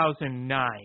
2009